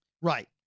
Right